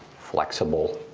flexible,